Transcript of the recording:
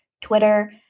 Twitter